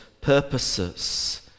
purposes